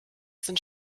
sind